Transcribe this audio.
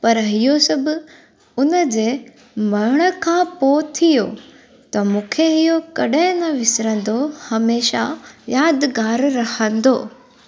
पर इहो सभु उन जे मरण खां पोइ थियो त मूंखे इहो कॾहिं न विसरंदो हमेशा यादगारु रहंदो